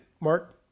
Mark